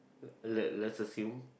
let let's assume